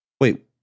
Wait